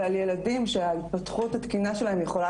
ועל ילדים שההתפתחות התקינה שלהם יכולה